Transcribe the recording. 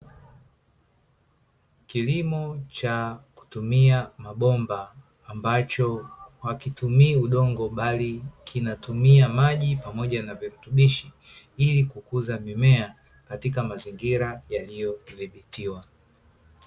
Kilimo cha kutumia mabomba, ambacho hakitumii udongo, bali kinatumia maji pamoja na virutubisho ili kukuza mimea katika mazingira yaliyothibitiwa.